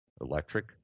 electric